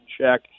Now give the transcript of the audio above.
check